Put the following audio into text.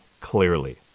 clearly